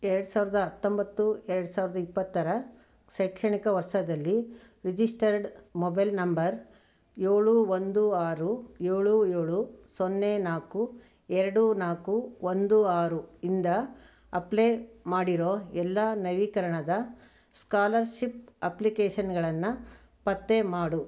ಎರಡು ಸಾವಿರದ ಹತ್ತೊಂಬತ್ತು ಎರಡು ಸಾವಿರದ ಇಪ್ಪತ್ತರ ಶೈಕ್ಷಣಿಕ ವರ್ಷದಲ್ಲಿ ರಿಜಿಸ್ಟರ್ಡ್ ಮೊಬೈಲ್ ನಂಬರ್ ಏಳು ಒಂದು ಆರು ಏಳು ಏಳು ಸೊನ್ನೆ ನಾಲ್ಕು ಎರಡು ನಾಲ್ಕು ಒಂದು ಆರು ಇಂದ ಅಪ್ಲೆ ಮಾಡಿರೋ ಎಲ್ಲ ನವೀಕರಣದ ಸ್ಕಾಲರ್ಷಿಪ್ ಅಪ್ಲಿಕೇಷನ್ಗಳನ್ನು ಪತ್ತೆ ಮಾಡು